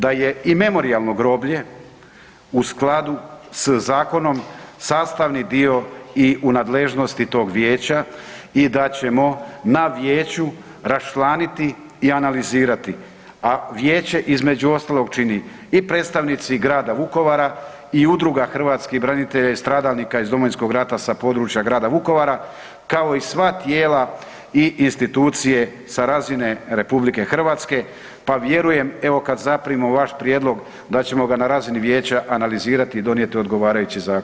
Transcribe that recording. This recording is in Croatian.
Da je i Memorijalno groblje u skladu s zakonom sastavni dio i u nadležnosti tog vijeća i da ćemo na vijeću raščlaniti i analizirati, a vijeće između ostalog čini i predstavnici grada Vukovara i Udruga hrvatskih branitelja i stradalnika iz Domovinskog rata sa područja grada Vukovara kao i sva tijela i institucije sa razine RH, pa vjerujem evo kad zaprimimo vaš prijedlog da ćemo ga na razini vijeća analizirati i donijeti odgovarajući zaključak.